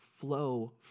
flow